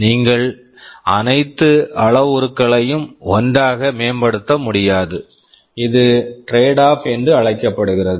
நீங்கள் அனைத்து அளவுருக்களையும் ஒன்றாக மேம்படுத்த முடியாது இது டிரேட் ஆஃப் trade off என்று அழைக்கப்படுகிறது